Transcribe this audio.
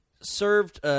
served